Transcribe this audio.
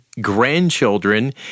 grandchildren